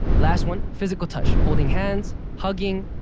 last one, physical touch. holding hands, hugging,